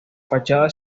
fachada